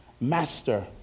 Master